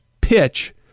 pitch